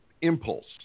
impulse